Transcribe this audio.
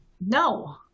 No